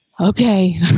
okay